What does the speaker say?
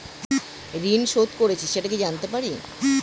ঋণ শোধ করেছে সেটা কি জানতে পারি?